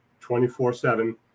24-7